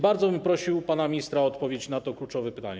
Bardzo bym prosił pana ministra o odpowiedź na to kluczowe pytanie.